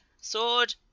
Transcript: sword